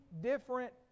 different